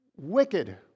wicked